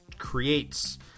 Creates